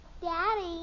Daddy